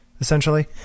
essentially